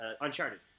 Uncharted